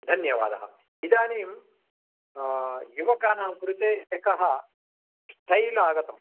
धन्यवादः इदानीं युवकानां कृते एकः स्टैल् आगतं